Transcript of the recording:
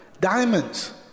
diamonds